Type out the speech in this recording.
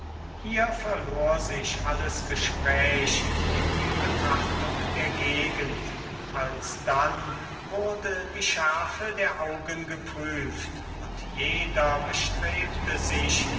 hier verlor sich alles gespräch in die betrachtung der gegend alsdann wurde die schärfe der augen geprüft und jeder bestrebte sich